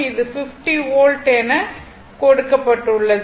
இது 50 வோல்ட் எனக் கொடுக்கப்பட்டுள்ளது